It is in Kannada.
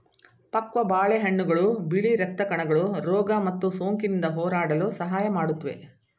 ಪಕ್ವ ಬಾಳೆಹಣ್ಣುಗಳು ಬಿಳಿ ರಕ್ತ ಕಣಗಳು ರೋಗ ಮತ್ತು ಸೋಂಕಿನಿಂದ ಹೋರಾಡಲು ಸಹಾಯ ಮಾಡುತ್ವೆ